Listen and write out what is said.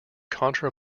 contra